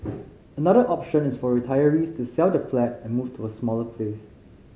another option is for retirees to sell the flat and move to a smaller place